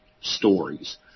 stories